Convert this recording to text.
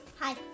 Hi